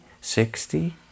sixty